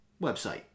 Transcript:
website